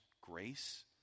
grace